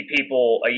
people